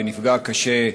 ונפגע קשה,